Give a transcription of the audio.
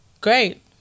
great